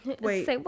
wait